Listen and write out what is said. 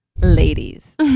Ladies